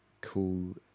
cool